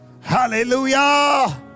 Hallelujah